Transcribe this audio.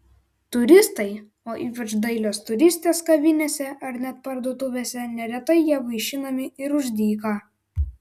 turistai o ypač dailios turistės kavinėse ar net parduotuvėse neretai ja vaišinami ir už dyką